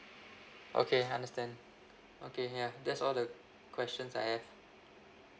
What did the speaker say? okay understand okay ya that's all the questions I have